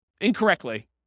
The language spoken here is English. incorrectly